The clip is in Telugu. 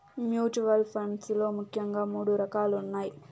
మ్యూచువల్ ఫండ్స్ లో ముఖ్యంగా మూడు రకాలున్నయ్